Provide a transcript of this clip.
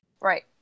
Right